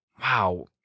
wow